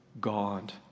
God